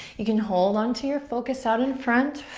you can hold onto your focus out in front,